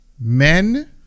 Men